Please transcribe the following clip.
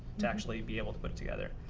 to actually be able to put it together,